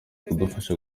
kudufasha